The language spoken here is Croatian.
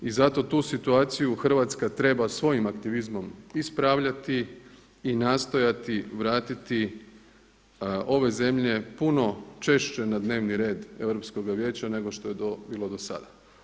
I zato tu situaciju Hrvatska treba svojim aktivizmom ispravljati i nastojati vratiti ove zemlje puno češće na dnevni red Europskoga vijeća nego što je to bilo do sada.